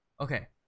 Okay